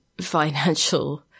financial